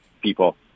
people